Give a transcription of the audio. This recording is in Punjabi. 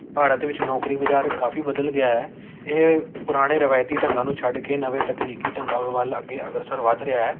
ਭਾਰਤ ਵਿੱਚ ਨੌਕਰੀ ਬਾਜ਼ਾਰ ਕਾਫੀ ਬਦਲ ਗਿਆ ਹੈ ਇਹ ਪੁਰਾਣੇ ਰਿਵਾਇਤੀ ਢੰਗਾਂ ਨੂੰ ਛੱਡ ਕੇ ਨਵੇਂ ਤਕਨੀਕੀ ਢੰਗਾਂ ਵੱਲ ਅੱਗੇ ਅਗਰਸਰ ਵੱਧ ਰਿਹਾ